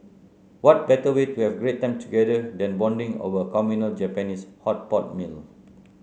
what better way to have great time together than bonding over a communal Japanese hot pot meal